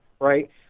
right